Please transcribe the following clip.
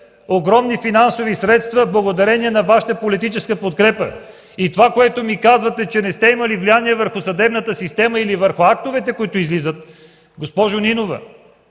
огромни финансови средства благодарение на Вашата политическа подкрепа. Това, което ми казвате, че не сте имали влияние върху съдебната система или върху актовете, които излизат. Госпожо Нинова,